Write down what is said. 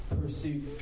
pursue